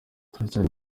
turacyari